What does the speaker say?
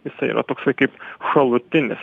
jisai yra toksai kaip šalutinis